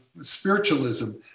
spiritualism